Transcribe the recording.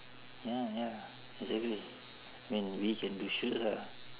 ya ya exactly I mean we can do shoots ah